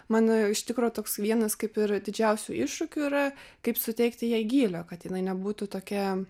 mano iš tikro toks vienas kaip ir didžiausių iššūkių yra kaip suteikti jai gylio kad jinai nebūtų tokia